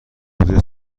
پودر